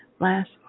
last